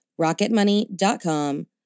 rocketmoney.com